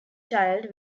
child